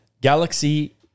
Galaxy